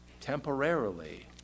temporarily